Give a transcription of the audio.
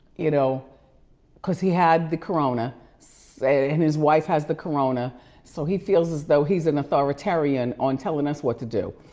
you know cause he had the corona and his wife has the corona so he feels as though he's an authoritarian on telling us what to do.